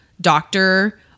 doctor